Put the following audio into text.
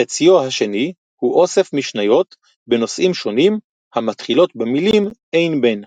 חציו השני הוא אוסף משניות בנושאים שונים המתחילות במילים 'אין בין.